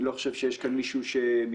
אני לא חושב שיש כאן מישהו שמתנגד.